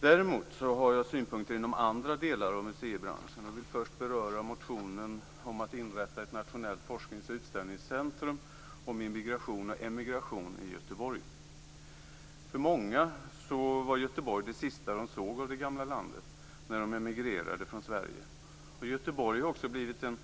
Däremot har jag synpunkter vad gäller andra delar av museibranschen. Jag vill då först beröra den motion som handlar om att inrätta ett nationellt forsknings och utställningscentrum kring emigration och immigration i Göteborg. För många var Göteborg det sista de såg av sitt gamla land när de emigrerade från Sverige. Göteborg har också blivit en